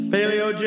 Paleo